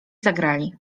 zagrali